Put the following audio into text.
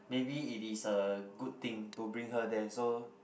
maybe it is a good thing to bring her there so